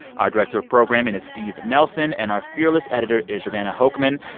our director of programming is steve nelson. and our fearless editor is jordana hochman.